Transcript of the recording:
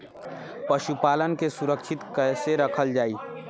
पशुपालन के सुरक्षित कैसे रखल जाई?